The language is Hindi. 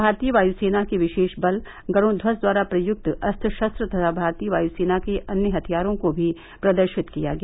भारतीय वायु सेना के विशेष बल गरूणध्वज द्वारा प्रयुक्त अस्त्र शस्त्र तथा भारतीय वायु सेना के अन्य हथियारों को भी प्रदर्शित किया गया